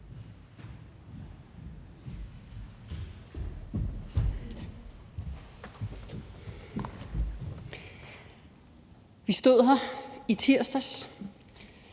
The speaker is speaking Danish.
Vi stod her i tirsdags,